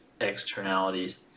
externalities